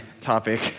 topic